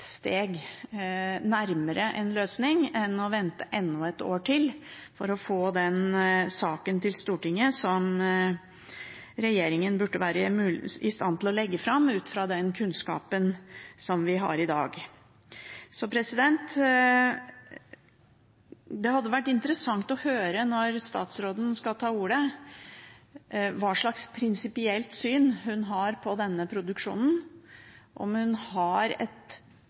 steg nærmere en løsning enn å vente enda et år for å få den saken til Stortinget, som regjeringen burde være i stand til å legge fram ut fra den kunnskapen som vi har i dag. Det hadde vært interessant å høre, når statsråden skal ta ordet, hva slags prinsipielt syn hun har på denne produksjonen, om hun har